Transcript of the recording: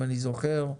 אם אני זוכר נכון.